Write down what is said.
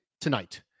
tonight